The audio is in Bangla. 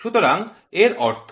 সুতরাং এর অর্থ